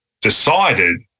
decided